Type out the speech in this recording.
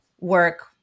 work